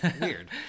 weird